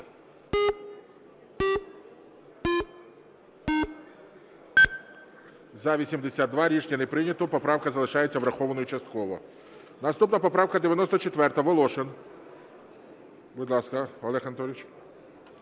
За-82 Рішення не прийнято, поправка залишається врахованою частково. Наступна поправка 94-а, Волошин. Будь ласка, Олег Анатолійович.